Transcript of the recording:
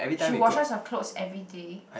she washes her clothes everyday